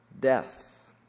death